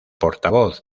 portavoz